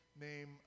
name